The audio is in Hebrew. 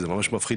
זה ממש מפחיד,